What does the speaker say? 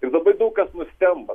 ir labai daug kas nustemba